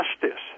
justice